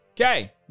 Okay